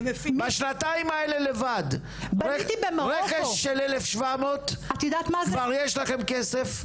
בשנתיים האלה לבד רכש של 1,700 כבר יש לכם כסף,